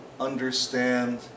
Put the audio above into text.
understand